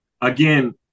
Again